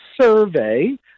survey